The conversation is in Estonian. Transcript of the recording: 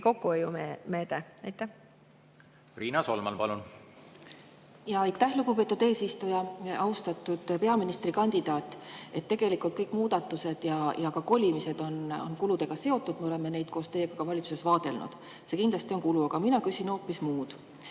Solman, palun! Riina Solman, palun! Aitäh, lugupeetud eesistuja! Austatud peaministrikandidaat! Tegelikult kõik muudatused ja ka kolimised on kuludega seotud. Me oleme neid koos teiega ka valitsuses vaadelnud. See kindlasti on kulu. Aga mina küsin hoopis muud.